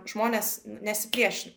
žmonės nesipriešina